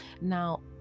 now